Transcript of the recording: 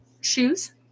shoes